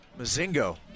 Mazingo